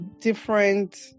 different